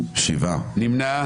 3 נמנעים.